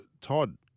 Todd